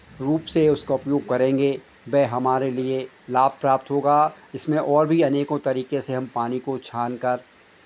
रूप से उसका उपयोग करेंगे वह हमारे लिए लाभ प्राप्त होगा जिसमे और भी अनेकों तरीके से हम पानी को छान कर